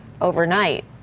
overnight